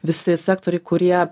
visi sektoriai kurie